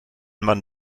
man